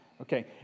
Okay